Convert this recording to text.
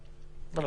החוק.